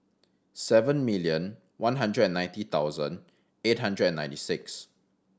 seven million one hundred and ninety thousand eight hundred and ninety six